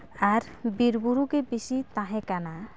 ᱟᱨ ᱵᱤᱨ ᱵᱩᱨᱩ ᱜᱮ ᱵᱮᱥᱤ ᱛᱟᱦᱮᱸᱠᱟᱱᱟ